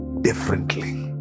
differently